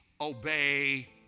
obey